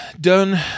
done